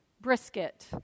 brisket